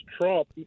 Trump